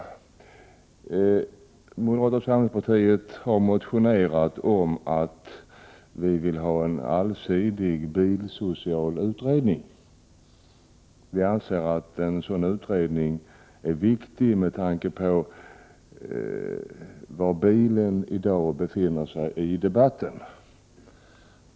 Moderata samlingspartiet har motionerat om en allsidig bilsocial utredning. Vi anser att en sådan utredning är viktig med tanke på bilens ställning i debatten i dag.